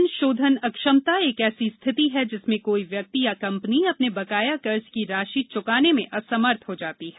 ऋण शोधन अक्षमता एक ऐसी स्थिति है जिसमें कोई व्यक्ति या कंपनी अपने बकाया कर्ज की राशि चुकाने में असमर्थ हो जाता है